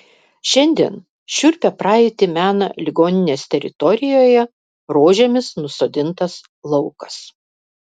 šiandien šiurpią praeitį mena ligoninės teritorijoje rožėmis nusodintas laukas